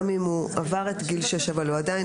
גם אם הוא עבר את גיל שש אבל הוא עדיין בגן,